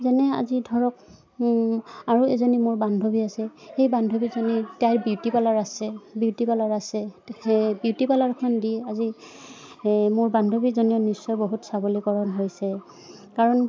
যেনে আজি ধৰক আৰু এজনী মোৰ বান্ধৱী আছে সেই বান্ধৱীজনী তাইৰ বিউটি পাৰ্লাৰ আছে বিউটি পাৰ্লাৰ আছে বিউটি পাৰ্লাৰখন দি আজি মোৰ বান্ধৱীজনী নিশ্চয় বহুত সবলীকৰণ হৈছে কাৰণ